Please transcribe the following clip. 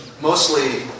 mostly